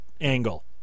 angle